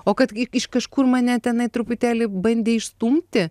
o kad iš kažkur mane tenai truputėlį bandė išstumti